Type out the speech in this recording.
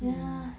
ya